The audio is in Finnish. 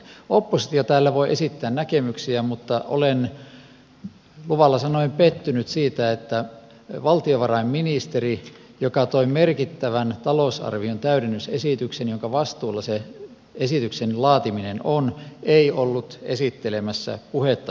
oppositio täällä voi esittää näkemyksiään mutta olen luvalla sanoen pettynyt siihen että valtiovarainministeri joka toi merkittävän talousarvion täydennysesityksen jonka vastuulla se esityksen laatiminen on ei ollut esittelemässä puhetta eduskunnassa